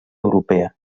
europea